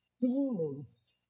Demons